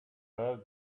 where